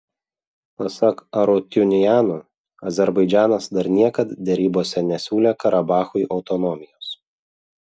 pasak arutiuniano azerbaidžanas dar niekad derybose nesiūlė karabachui autonomijos